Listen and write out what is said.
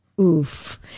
oof